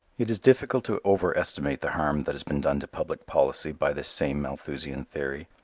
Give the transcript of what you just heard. it is difficult to over-estimate the harm that has been done to public policy by this same malthusian theory.